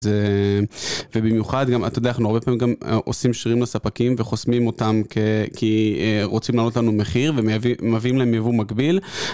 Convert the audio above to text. ובמיוחד, אתה יודע, אנחנו הרבה פעמים גם עושים שירים לספקים וחוסמים אותם כי רוצים לנו אותנו מחיר ומביאים להם יבוא מקביל.